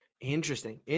Interesting